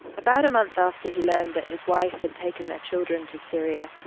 about a month after he learned that his wife had taken their children to syria,